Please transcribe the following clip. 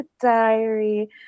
diary